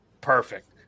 perfect